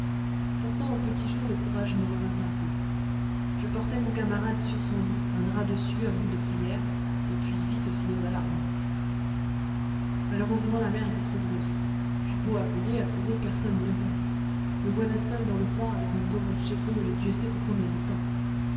pourtant au petit jour le courage me revint un peu je portai mon camarade sur son lit un drap dessus un bout de prière et puis vite aux signaux d'alarme malheureusement la mer était trop grosse j'eus beau appeler appeler personne ne vint me voilà seul dans le phare avec mon pauvre tchéco et dieu sait pour combien de temps